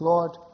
Lord